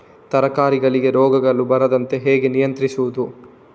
ತರಕಾರಿಗಳಿಗೆ ರೋಗಗಳು ಬರದಂತೆ ಹೇಗೆ ನಿಯಂತ್ರಿಸುವುದು?